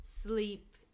sleep